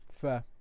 Fair